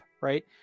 right